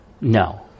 no